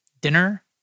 dinner